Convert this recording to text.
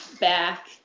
back